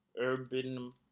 urban